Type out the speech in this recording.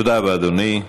תודה רבה, אדוני.